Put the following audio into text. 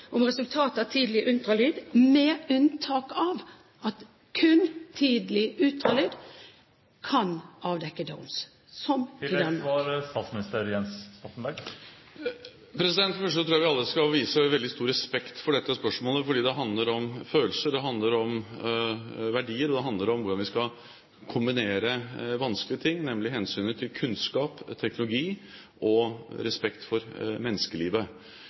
om resultatet av tidlig ultralyd med unntak av at kun tidlig ultralyd kan avdekke Downs syndrom … For det første tror jeg vi alle skal vise veldig stor respekt for dette spørsmålet, fordi det handler om følelser, det handler om verdier, og det handler om hvordan vi skal kombinere vanskelige hensyn, nemlig hensynet til kunnskap, teknologi og respekt for menneskelivet.